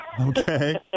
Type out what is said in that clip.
Okay